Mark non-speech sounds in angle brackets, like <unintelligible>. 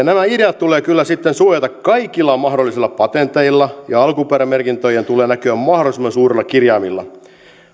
<unintelligible> nämä ideat tulee kyllä sitten suojata kaikilla mahdollisilla patenteilla ja alkuperämerkintöjen tulee näkyä mahdollisimman suurilla kirjaimilla